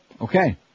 Okay